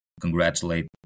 congratulate